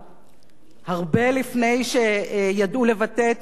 הרבה לפני שידעו לבטא את המלה "פמיניזם".